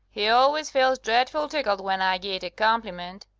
he always feels dretful tickled when i git a compliment.